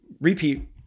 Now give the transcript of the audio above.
repeat